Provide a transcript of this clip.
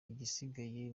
igisigaye